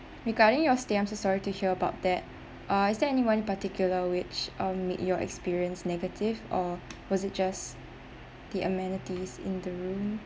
regarding your stay I'm so sorry to hear about that uh is there anyone particular which um make your experience negative or was it just the amenities in the room